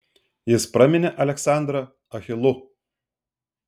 jis praminė aleksandrą achilu